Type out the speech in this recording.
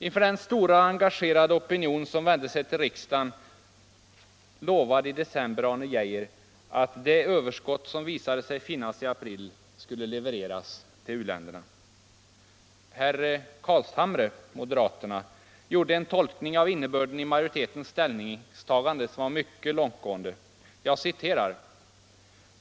Inför den stora, engagerade opinion som vände sig till riksdagen lovade i december Arne Geijer att det överskott som visade sig finnas i april skulle levereras till u-länderna. Herr Carlshamre, moderaterna, gjorde en tolkning av innebörden i majoritetens ställningstagande som var mycket långtgående.